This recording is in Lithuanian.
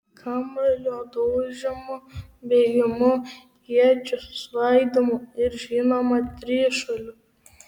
kamuolio daužymu bėgimu iečių svaidymu ir žinoma trišuoliu